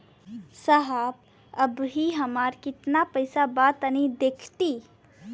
साहब अबहीं हमार कितना पइसा बा तनि देखति?